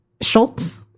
Schultz